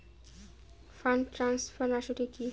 Fund transfer আসলে কী?